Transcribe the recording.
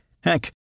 Heck